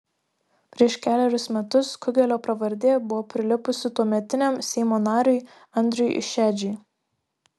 prieš kelerius metus kugelio pravardė buvo prilipusi tuometiniam seimo nariui andriui šedžiui